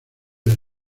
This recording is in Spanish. del